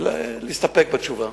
להסתפק בתשובה.